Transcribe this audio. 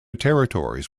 territories